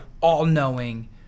all-knowing